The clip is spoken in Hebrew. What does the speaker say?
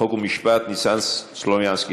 חוק ומשפט ניסן סלומינסקי.